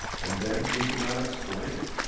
and then he could not explain.